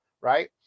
right